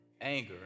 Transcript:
Anger